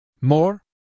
More